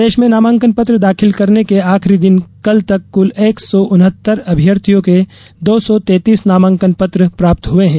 प्रदेश में नामांकन पत्र दाखिल करने के आखिरी दिन कल तक कल एक सौ उनहत्तर अभ्यर्थियों के दो सौ तैतीस नामांकन पत्र प्राप्त हुए हैं